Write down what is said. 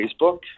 facebook